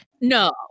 No